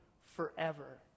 forever